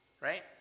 right